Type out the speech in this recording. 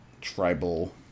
tribal